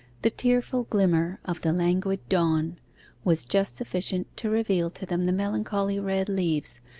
the tearful glimmer of the languid dawn was just sufficient to reveal to them the melancholy red leaves,